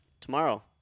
tomorrow